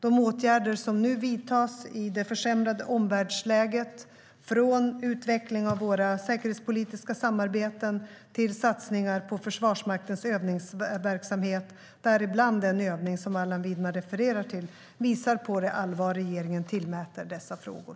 De åtgärder som nu vidtas i det försämrade omvärldsläget - från utveckling av våra säkerhetspolitiska samarbeten till satsningar på Försvarsmaktens övningsverksamhet, däribland den övning som Allan Widman refererar till - visar på det allvar regeringen tillmäter dessa frågor.